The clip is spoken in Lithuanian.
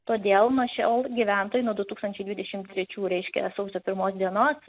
todėl nuo šiol gyventojai nuo du tūkstančiai dvidešim trečių reiškia sausio pirmos dienos